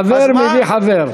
חבר מביא חבר.